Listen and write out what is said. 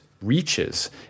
reaches